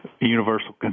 universal